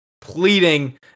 pleading